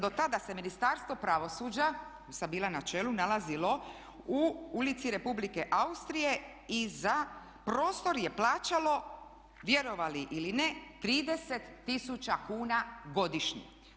Do tada se Ministarstvo pravosuđa, kojem sam bila na čelu, nalazilo u ulici Republike Austrije i za prostor je plaćalo vjerovali ili ne 30 tisuća kuna godišnje.